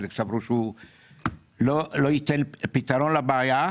חלק סברו שהוא לא ייתן פתרון לבעיה,